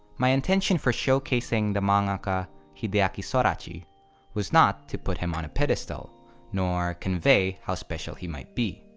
my intention for showcasing the mangaka hideaki sorachi was not to put him on a pedestal nor convey how special he might be.